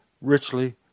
richly